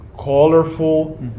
colorful